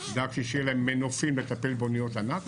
דאגתי שיהיה להם מנופים לטפל באוניות ענק